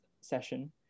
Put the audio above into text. session